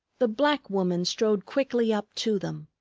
the black woman strode quickly up to them.